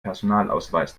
personalausweis